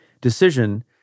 decision